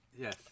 Yes